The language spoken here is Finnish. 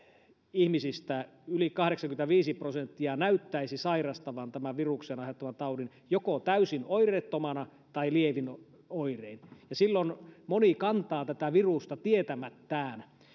ihmisistä yli kahdeksankymmentäviisi prosenttia näyttäisi sairastavan tämän viruksen aiheuttaman taudin joko täysin oireettomana tai lievin oirein ja silloin moni kantaa tätä virusta tietämättään